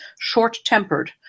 short-tempered